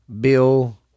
Bill